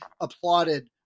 applauded